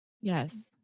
yes